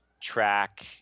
track